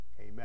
Amen